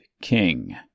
King